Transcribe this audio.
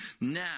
now